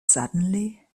suddenly